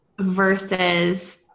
versus